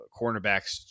cornerbacks